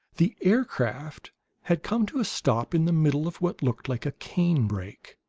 the aircraft had come to a stop in the middle of what looked like a cane brake.